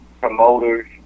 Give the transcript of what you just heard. promoters